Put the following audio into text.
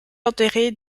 enterrée